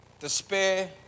despair